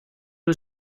och